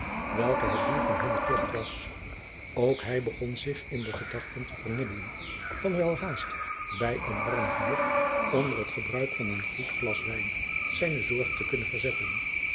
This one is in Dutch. welke het doel van hunnen tocht was ook hij begon zich in de gedachte te vernibbelen van welhaast bij een warm vuur onder het gebruik van een goed glas wijn zijne zorgen te kunnen verzetten